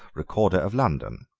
recorder of london,